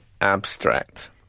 abstract